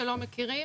שלא מכירים,